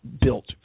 built